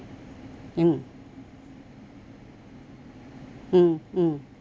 mm mm mm